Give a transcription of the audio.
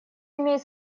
имеет